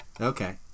Okay